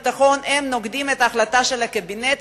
הביטחון נוגדים את ההחלטה של הקבינט,